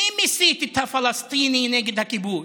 מי מסית את הפלסטיני נגד הכיבוש?